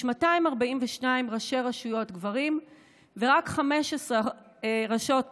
242 ראשי רשויות גברים ורק 15 ראשות